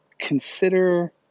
consider